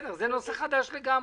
זה נושא חדש לגמרי.